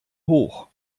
hoch